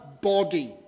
body